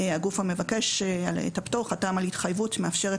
הגוף המבקש את הפטור חתם על התחייבות שמאפשרת